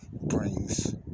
brings